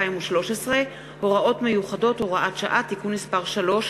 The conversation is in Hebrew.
2013 (הוראות מיוחדות) (הוראת שעה) (תיקון מס' 3)